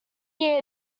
year